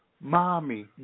Mommy